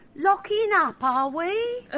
locking up are we? er,